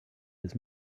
his